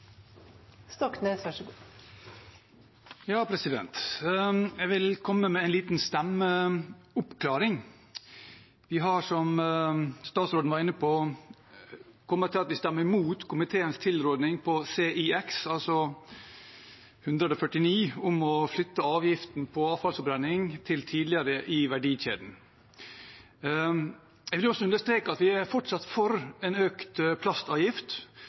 Jeg vil komme med en liten stemmeoppklaring. Vi har, som statsråden var inne på, kommet til at vi stemmer imot komiteens tilråding til CIX – altså 109 – om å flytte avgiften på avfallsforbrenning til tidligere i verdikjeden. Jeg vil også understreke at vi fortsatt er for en økt plastavgift.